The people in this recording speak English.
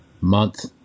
month